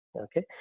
okay